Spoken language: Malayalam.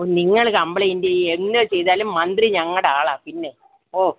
നിങ്ങൾ കമ്പ്ലൈൻ്റ് ചെയ്യൂ എന്തോ ചെയ്താലും മന്ത്രി ഞങ്ങളുടെയാളാണ് പിന്നെ ഓ